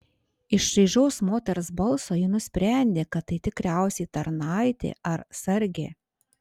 iš šaižaus moters balso ji nusprendė kad tai tikriausiai tarnaitė ar sargė